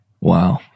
Wow